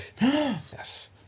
Yes